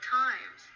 times